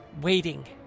waiting